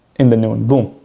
in the noon, boom.